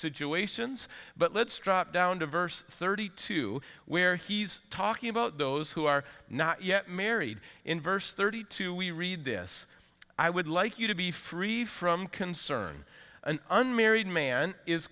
situations but let's drop down to verse thirty two where he's talking about those who are not yet married in verse thirty two we read this i would like you to be free from concerned an unmarried man is